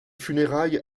funérailles